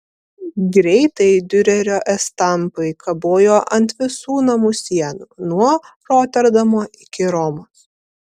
greitai diurerio estampai kabojo ant visų namų sienų nuo roterdamo iki romos